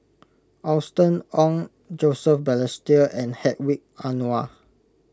Austen Ong Joseph Balestier and Hedwig Anuar